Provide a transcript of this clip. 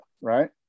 right